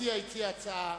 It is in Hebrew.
המציע הציע הצעה,